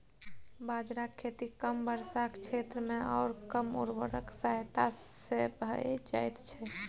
बाजराक खेती कम वर्षाक क्षेत्रमे आओर कम उर्वरकक सहायता सँ भए जाइत छै